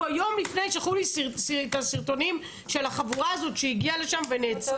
יום לפני כן שלחו לי סרטונים על החבורה שהגיעה לשם ונעצרה.